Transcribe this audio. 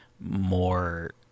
more